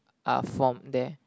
are formed there